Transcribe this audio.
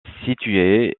situé